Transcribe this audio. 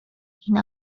این